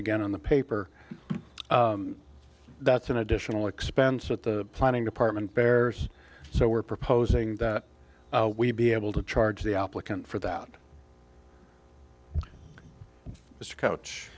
again on the paper that's an additional expense at the planning department bears so we're proposing that we be able to charge the applicant for that mr coach